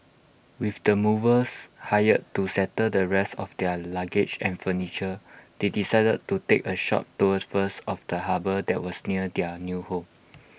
with the movers hired to settle the rest of their luggage and furniture they decided to take A short tour first of the harbour that was near their new home